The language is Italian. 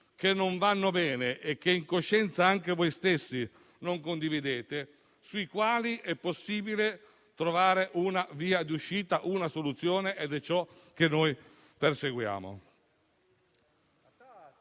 che non vanno bene e che, in coscienza, anche voi stessi non condividete, sui quali è possibile trovare una via d'uscita e una soluzione: è ciò che noi perseguiamo.